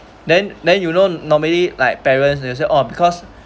then then you know normally like parents they will say oh because